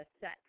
set